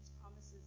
promises